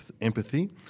empathy